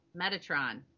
Metatron